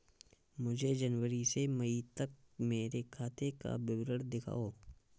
मुझे जनवरी से मई तक मेरे खाते का विवरण दिखाओ?